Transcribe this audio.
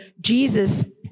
Jesus